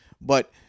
But-